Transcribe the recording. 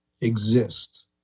exist